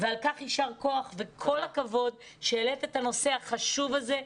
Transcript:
ועל כך יישר כוח וכל הכבוד שהעלית את הנושא החשוב הזה.